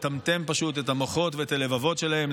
פשוט לטמטם את המוחות ואת הלבבות שלהם,